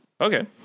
Okay